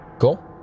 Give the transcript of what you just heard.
cool